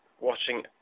watching